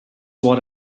what